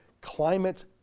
climate